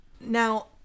Now